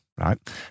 right